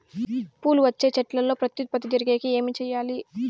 పూలు వచ్చే చెట్లల్లో ప్రత్యుత్పత్తి జరిగేకి ఏమి చేయాలి?